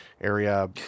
area